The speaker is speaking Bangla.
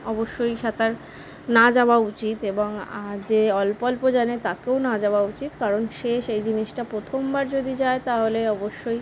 অবশ্যই সাঁতার না যাওয়া উচিত এবং যে অল্প অল্প জানে তাকেও না যাওয়া উচিত কারণ সে সেই জিনিসটা প্রথমবার যদি যায় তাহলে অবশ্যই